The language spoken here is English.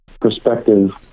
perspective